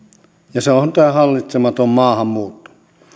ja se on tämä hallitsematon maahanmuutto